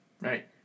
Right